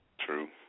True